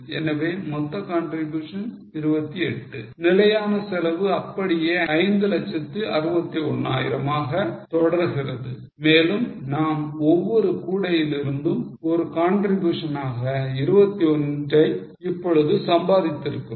எனவே மொத்த contribution 28 நிலையான செலவு அப்படியே 561000 மாக தொடர்கிறது மேலும் நாம் ஒவ்வொரு கூடையிலிருந்தும் ஒரு contribution ஆக 21 ஐ இப்பொழுது சம்பாதித்து இருக்கிறோம்